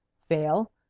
fail,